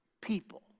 people